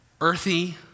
earthy